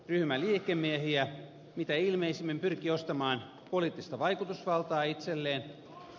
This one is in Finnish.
ryhmä liikemiehiä mitä ilmeisimmin pyrki ostamaan poliittista vaikutusvaltaa itselleen